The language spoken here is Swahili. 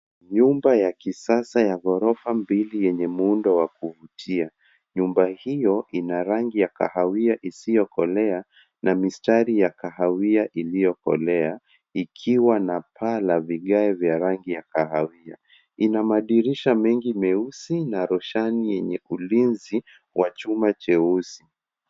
Nyumba ya kisasa ya gorofa mbili yenye muundo wa kuvutia nyumba hiyo ina rangi ya kahawia isiokolea na mistari ya kahawia iliyokolea ikiwa na paa la vigae vya rangi ya kahawia. Ina madirisha mengi meusi na roshani yenye ulinzi wa chuma cheusi.